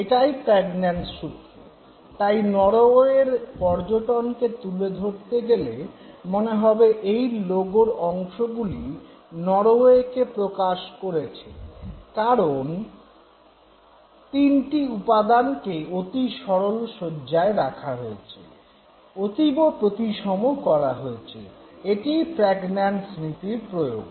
এটাই প্র্যাগন্যানজ সূত্র তাই নরওয়ের পর্যটনকে তুলে ধরতে গেলে মনে হবে এই লোগোর অংশগুলি নরওয়েকে প্রকাশ করেছে কারন তিনটি উপাদানকে অতি সরল সজ্জায় রাখা হয়েছে অতীব প্রতিসম করা হয়েছে এটিই প্র্যাগন্যানজ নীতির প্রয়োগ